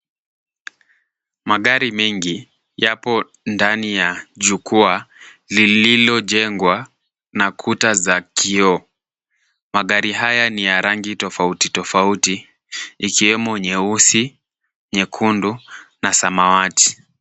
Magari mengi yapo ndani ya jukwaa lililojengwa na kuta za kioo. Magari haya ni ya rangi tofauti tofauti ikiwemo nyeusi, nyekundu na samawati.